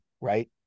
right